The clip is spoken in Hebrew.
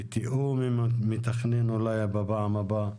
בתאום עם המתכנן אולי בפעם הבאה,